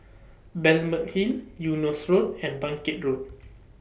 Balmeg Hill Eunos Road and Bangkit Road